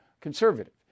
conservative